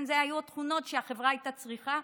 אלו היו התכונות שהחברה הייתה צריכה,